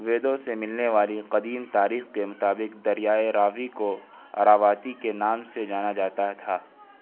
ویدوں سے ملنے والی قدیم تاریخ کے مطابق دریائے راوی کو اراواتی کے نام سے جانا جاتا تھا